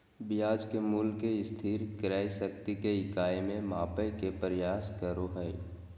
ब्याज के मूल्य के स्थिर क्रय शक्ति के इकाई में मापय के प्रयास करो हइ